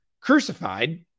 crucified